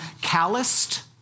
calloused